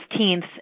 15th